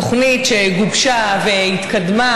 תוכנית שגובשה והתקדמה,